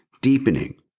deepening